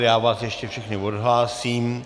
Já vás ještě všechny odhlásím.